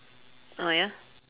oh ya